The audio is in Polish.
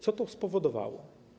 Co to spowodowało?